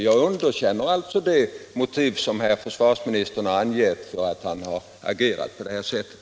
Jag underkänner alltså det motiv som försvarsministern har angivit för att han har agerat som han har gjort.